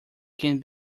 can